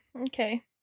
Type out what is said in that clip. Okay